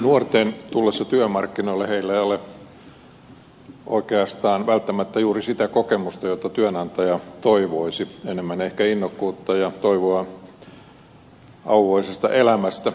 nuorten tullessa työmarkkinoille heillä ei ole oikeastaan välttämättä juuri sitä kokemusta jota työnantaja toivoisi enemmän ehkä innokkuutta ja toivoa auvoisesta elämästä